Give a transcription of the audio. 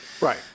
right